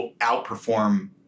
outperform